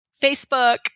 Facebook